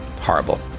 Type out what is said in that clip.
Horrible